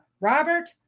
Robert